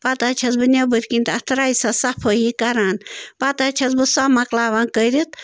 پتہٕ حظ چھَس بہٕ نیٚبٕرۍ کِنۍ تَتھ رایسَس صفٲیی کَران پتہٕ حظ چھَس بہٕ سۄ مۄکلاوان کٔرِتھ